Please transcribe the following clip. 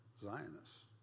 zionists